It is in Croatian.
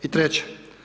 I treće.